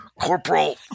corporal